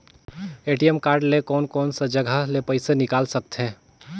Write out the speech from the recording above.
ATM card ले कोन कोन सा जगह ले पइसा निकाल सकथे?